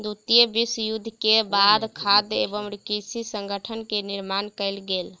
द्वितीय विश्व युद्ध के बाद खाद्य एवं कृषि संगठन के निर्माण कयल गेल